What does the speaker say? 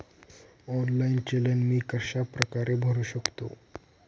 Online चलन मी कशाप्रकारे भरु शकतो?